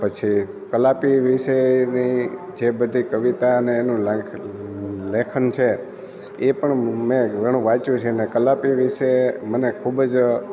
પછી કલાપી વિષેની જે બધી કવિતાને એનું લેખન છે એ પણ મેં ઘણું વાંચ્યું છે ને કલાપી વિષે મને ખૂબ જ